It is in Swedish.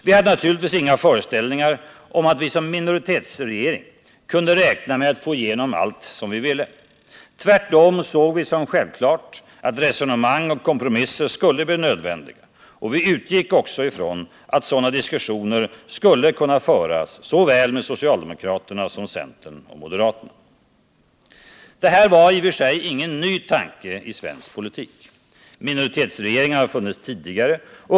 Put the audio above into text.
Vi hade naturligtvis inga föreställningar om att vi som minoritetsregering kunde räkna med att få igenom allt vi ville. Tvärtom såg vi som självklart att resonemang och kompromisser skulle bli nödvändiga, och vi utgick också från att sådana diskussioner skulle kunna föras såväl med socialdemokraterna som med centern och moderaterna. Det här var i och för sig ingen ny tanke i svensk politik. Minoritetsregeringar har funnits tidigare.